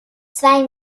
zwei